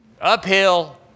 Uphill